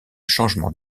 changement